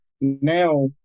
Now